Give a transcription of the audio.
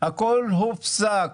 והכול הופסק